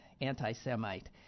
anti-Semite